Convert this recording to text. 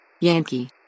Yankee